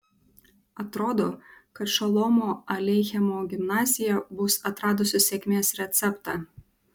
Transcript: atrodo kad šolomo aleichemo gimnazija bus atradusi sėkmės receptą